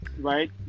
right